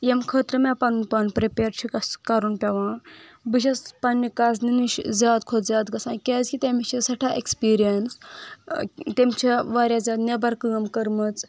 ییٚمہِ خٲطرٕ مےٚ پنُن پان پریپیر چھُکس کرُن پٮ۪وان بہٕ چھس پننہِ کزنہِ نِش زیادٕ کھۄتہٕ زیادٕ گژھان کیٛازِ کہِ تٔمِس چھِ سٮ۪ٹھاہ اٮ۪کٕس پیرینٕس تٔمی چھےٚ واریاہ زیادٕ نٮ۪بر کٲم کٔرمٕژ